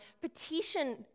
petition